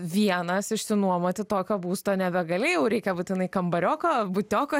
vienas išsinuomoti tokio būsto nebegali jau reikia būtinai kambarioko butioko